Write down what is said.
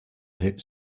hit